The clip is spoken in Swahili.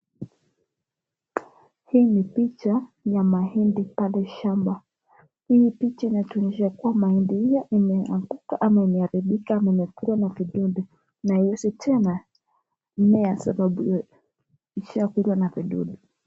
Hii ni picha ya mahindi pale shamba. Hili picha inatuonyesha kuwa mahindi hiyo imeanguka ama imeharibika ama imelwa na vidudu.na haiwezi tena mea sababu imekulwa na vidudu